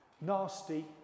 Nasty